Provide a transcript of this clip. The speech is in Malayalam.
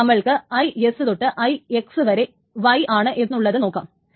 ഇനി നമ്മൾക്ക് IS തൊട്ട് IX വരെ y ആണ് എന്നുള്ളത് നോക്കാം